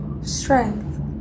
strength